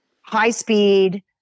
high-speed